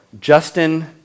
Justin